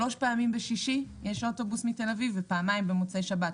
שלוש פעמים בשישי יש אוטובוס בתל אביב ופעמיים במוצאי שבת.